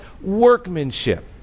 workmanship